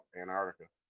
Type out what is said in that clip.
Antarctica